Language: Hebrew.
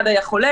אחד היה חולה,